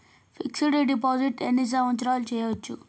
Fix డ్ deposit ఎన్ని సంవత్సరాలు చేయచ్చు?